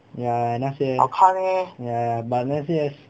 ya 那些 ya but 那些